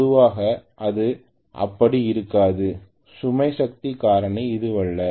பொதுவாக அது அப்படி இருக்காது சுமை சக்தி காரணி இதுவல்ல